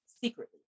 secretly